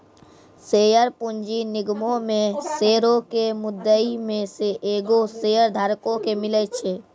share पूंजी निगमो मे शेयरो के मुद्दइ मे से एगो शेयरधारको के मिले छै